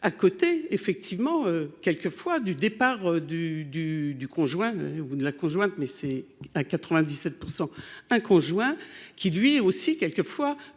à côté effectivement quelques fois du départ du du du conjoint, vous ne la conjointe, mais c'est à 97 % un conjoint qui lui aussi quelques fois